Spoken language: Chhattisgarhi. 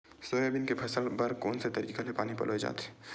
सोयाबीन के फसल बर कोन से तरीका ले पानी पलोय जाथे?